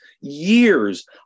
years